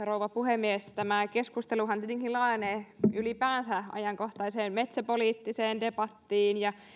rouva puhemies tämä keskusteluhan laajenee ylipäänsä ajankohtaiseen metsäpoliittiseen debattiin ja